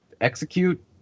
execute